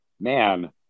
man